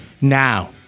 now